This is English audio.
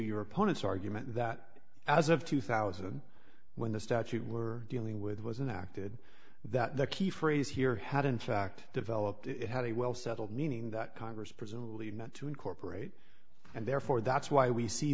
your opponent's argument that as of two thousand when the statute we're dealing with was in acted that the key phrase here had in fact developed it had a well settled meaning that congress presumably not to incorporate and therefore that's why we see